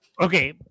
Okay